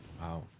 wow